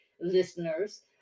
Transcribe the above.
listeners